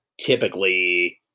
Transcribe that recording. typically